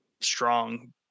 strong